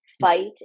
fight